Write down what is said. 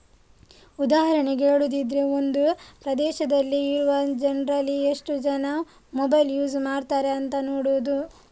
ಉದಾಹರಣೆಗೆ ಹೇಳುದಿದ್ರೆ ಒಂದು ಪ್ರದೇಶದಲ್ಲಿ ಇರುವ ಜನ್ರಲ್ಲಿ ಎಷ್ಟು ಜನ ಮೊಬೈಲ್ ಯೂಸ್ ಮಾಡ್ತಾರೆ ಅಂತ ನೋಡುದು